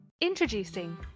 Introducing